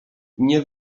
nie